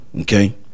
Okay